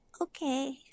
Okay